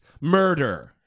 murder